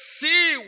see